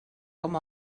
com